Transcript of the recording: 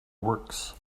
works